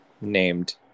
named